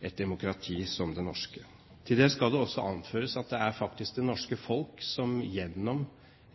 et demokrati som det norske. Til det skal det også anføres at det faktisk er det norsk folk som gjennom